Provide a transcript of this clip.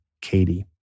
Katie